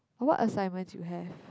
what assignments you have